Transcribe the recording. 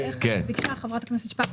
ביקשה חברת הכנסת שפק,